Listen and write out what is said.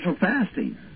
fasting